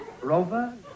Rover